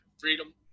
freedom